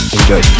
Enjoy